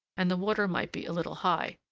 and the water might be a little high.